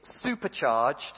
supercharged